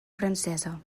francesa